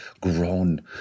grown